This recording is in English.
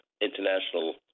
international